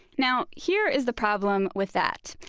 now here is the problem with that.